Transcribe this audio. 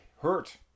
hurt